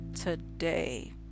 today